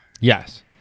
yes